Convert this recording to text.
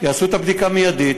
יעשו את הבדיקה מיידית,